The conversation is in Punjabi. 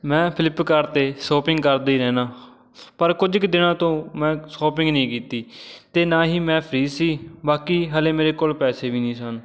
ਮੈਂ ਫਲਿੱਪਕਾਰਟ 'ਤੇ ਸ਼ੋਪਿੰਗ ਕਰਦਾ ਹੀ ਰਹਿੰਦਾ ਪਰ ਕੁਝ ਕੁ ਦਿਨਾਂ ਤੋਂ ਮੈਂ ਸ਼ੋਪਿੰਗ ਨਹੀਂ ਕੀਤੀ ਅਤੇ ਨਾ ਹੀ ਮੈਂ ਫ੍ਰੀ ਸੀ ਬਾਕੀ ਹਲੇ ਮੇਰੇ ਕੋਲ ਪੈਸੇ ਵੀ ਨਹੀਂ ਸਨ